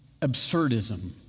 absurdism